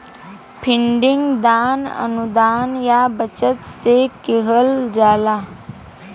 funding दान, अनुदान या बचत से किहल जाला